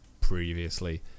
previously